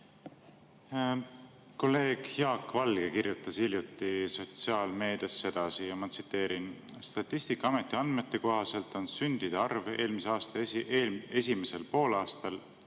Kolleeg Jaak Valge kirjutas hiljuti sotsiaalmeedias sedasi: "Statistikaameti andmete kohaselt on sündide arv eelmise aasta esimesel poolaastal